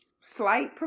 slight